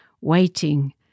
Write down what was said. waiting